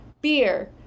beer